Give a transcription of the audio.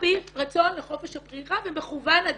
על פי רצון לחופש הבחירה ומכוון אדם.